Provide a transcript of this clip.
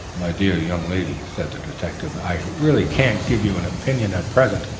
my dear young lady, said the detective. i really can't give you an opinion at present.